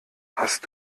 hast